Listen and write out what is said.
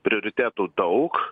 prioritetų daug